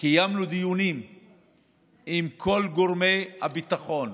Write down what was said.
קיימנו דיונים עם כל גורמי הביטחון,